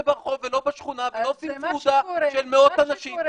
ברחוב ולא בשכונה ולא עושים סעודה של מאות אנשים.